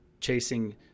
chasing